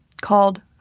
called